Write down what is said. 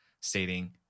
stating